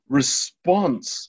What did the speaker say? response